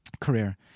career